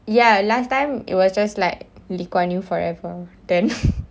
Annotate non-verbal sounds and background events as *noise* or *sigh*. ya last time it was just like lee kuan yew forever *laughs* then